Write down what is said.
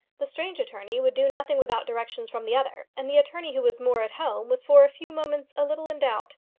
the strange attorney would do nothing without directions from the other, and the attorney who was more at home was for a few moments a little in doubt.